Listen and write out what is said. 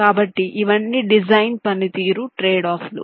కాబట్టి ఇవన్నీ డిజైన్ పనితీరు ట్రేడ్ఆఫ్లు